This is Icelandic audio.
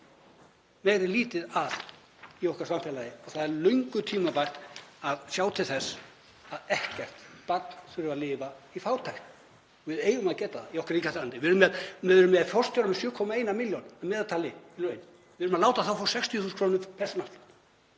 meira en lítið að í okkar samfélagi og það er löngu tímabært að sjá til þess að ekkert barn þurfi að lifa í fátækt. Við eigum að geta það í okkar ríka landi. Við erum með forstjóra með 7,1 milljón að meðaltali í laun og við erum að láta þá fá 60.000 kr. í persónuafslátt